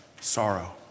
sorrow